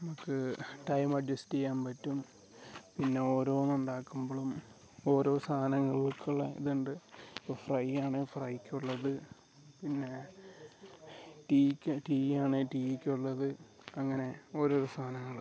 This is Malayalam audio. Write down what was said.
നമുക്ക് ടൈം അഡ്ജസ്റ്റ് ചെയ്യാൻ പറ്റും പിന്നെ ഓരോന്ന് ഉണ്ടാക്കുമ്പോഴും ഓരോ സാധനങ്ങൾക്കുള്ള ഇത് ഉണ്ട് ഫ്രൈ ആണെങ്കിൽ ഫ്രൈക്ക് ഉള്ളത് പിന്നെ ടീക്ക് ടീയാണെങ്കിൽ ടീക്ക് ഉള്ളത് അങ്ങനെ ഓരോരോ സാധനങ്ങൾ